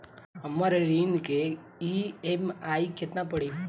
हमर ऋण के ई.एम.आई केतना पड़ी?